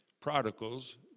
Prodigal's